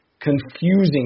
confusing